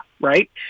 right